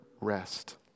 rest